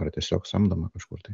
ar tiesiog samdomą kažkur tai